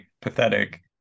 pathetic